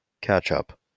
Catch-up